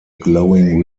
glowing